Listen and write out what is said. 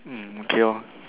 um okay lor